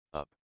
up